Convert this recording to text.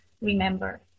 remember